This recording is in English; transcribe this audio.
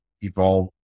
evolve